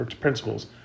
principles